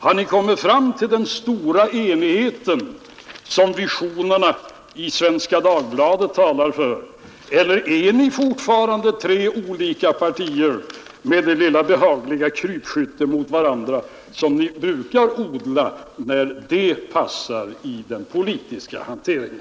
Har ni kommit fram till den stora enigheten som visionerna i Svenska Dagbladet talar för eller är ni fortfarande tre partier med det lilla behagliga krypskytte mot varandra som ni brukar ägna er åt när det passar i den politska hanteringen?